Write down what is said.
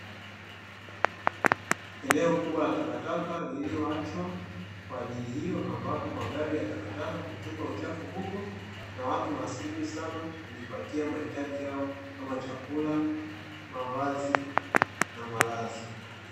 Eneo kubwa la takataka lililoachwa kwa ajili hiyo ambapo magari ya takataka hutupa uchafu huko na watu masikini sana kujipatia mahitaji yao kama: chakula, mavazi na malazi.